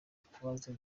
kubaza